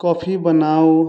coffee बनाउ